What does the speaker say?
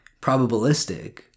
probabilistic